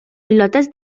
pilotes